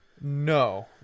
No